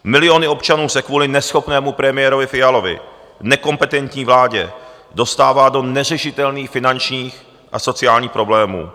Miliony občanů se kvůli neschopnému premiérovi Fialovi, nekompetentní vládě dostává do neřešitelných finančních a sociálních problémů.